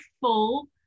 full